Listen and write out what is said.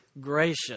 gracious